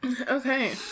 Okay